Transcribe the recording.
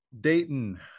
Dayton